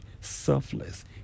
selfless